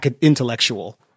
intellectual